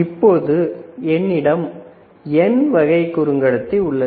இப்போது என்னிடம் N வகை குறைகடத்தி உள்ளது